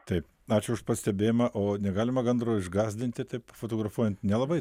taip ačiū už pastebėjimą o negalima gandro išgąsdinti taip fotografuojant nelabai